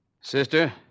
Sister